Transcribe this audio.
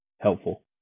helpful